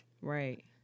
Right